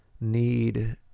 need